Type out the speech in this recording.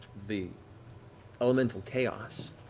the elemental chaos,